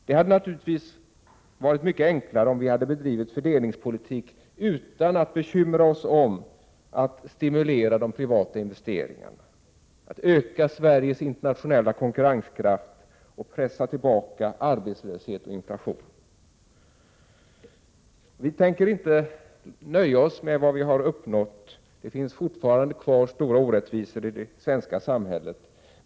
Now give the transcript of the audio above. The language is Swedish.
Det hade naturligtvis varit mycket enklare om vi hade bedrivit fördelningspolitik utan att bekymra oss om att stimulera de privata investeringarna, att öka Sveriges internationella konkurrenskraft och pressa tillbaka arbetslöshet och inflation. Vi tänker inte nöja oss med vad vi har uppnått. Det finns fortfarande stora orättvisor kvar i det svenska samhället.